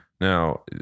Now